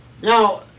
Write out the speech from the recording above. Now